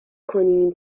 کنیم